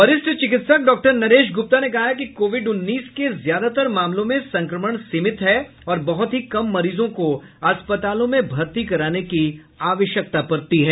वरिष्ठ चिकित्सक डॉक्टर नरेश गुप्ता ने कहा है कि कोविड उन्नीस के ज्यादतर मामलों में संक्रमण सीमित है और बहुत ही कम मरीजों को अस्पतालों में भर्ती कराने की आवश्यकता पडती है